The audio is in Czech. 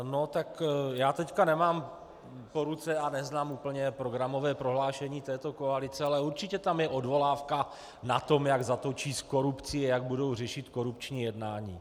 No tak já teď nemám po ruce a neznám úplně programové prohlášení této koalice, ale určitě je tam odvolávka na to, jak zatočí s korupcí a jak budou řešit korupční jednání.